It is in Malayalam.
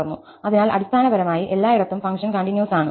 അതിനാൽ അടിസ്ഥാനപരമായി എല്ലായിടത്തും ഫംഗ്ഷൻ കണ്ടിന്യൂസ് ആണ്